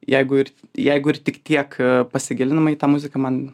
jeigu ir jeigu ir tik tiek pasigilinama į tą muziką man